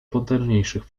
potężniejszych